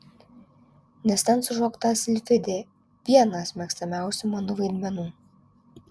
nes ten sušokta silfidė vienas mėgstamiausių mano vaidmenų